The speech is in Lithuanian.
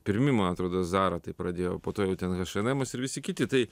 pirmi man atrodo zara tai pradėjo po to jau ten hšnmas ir ir visi kiti tai